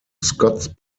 scots